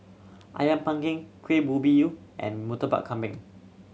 Ayam Panggang Kuih Ubi Yu and Murtabak Kambing